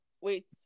wait